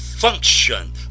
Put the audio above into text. Function